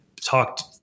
talked